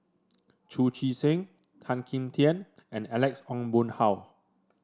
Chu Chee Seng Tan Kim Tian and Alex Ong Boon Hau